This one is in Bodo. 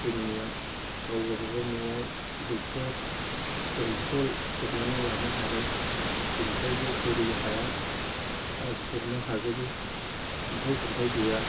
जोंनिया गाव गावबा गाव न'आव दैखर दंखल खुरनानै लानो हाबाय सिंफ्रावबो गुरै हाया आरो खुरनो हाजोबो अन्थाइ सन्थाइ गैया